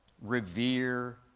revere